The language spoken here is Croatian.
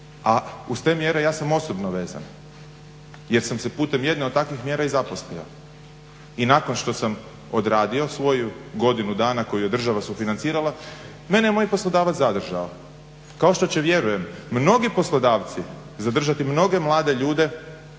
A uz te mjere ja sam osobno vezan jer sam se putem jedne od takvih mjera i zaposlio. I nakon što sam odradio svoju godinu dana koju je država sufinancirala mene je moj poslodavac zadržao kao što će vjerujem mnogi poslodavci zadržati mnoge mlade ljude